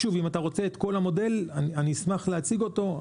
אם אתה רוצה את כל המודל, אני אשמח להציג אותו.